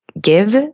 give